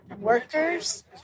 workers